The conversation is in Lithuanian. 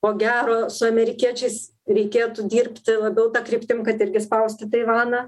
ko gero su amerikiečiais reikėtų dirbti labiau ta kryptim kad irgi spausti taivaną